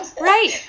Right